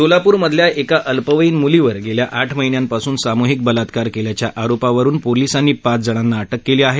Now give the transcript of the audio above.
सोलापूरमधल्या एका अल्पवयीन मुलीवर गेल्या आठ महिन्यापासून सामूहिक बलात्कार केल्याच्या आरोपावरुन पोलीसांनी पाच जणांना अटक केली आहे